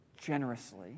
generously